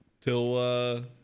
till